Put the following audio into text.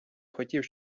хотів